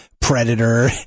predator